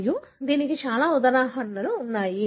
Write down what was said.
మరియు దీనికి చాలా ఉదాహరణలు ఉన్నాయి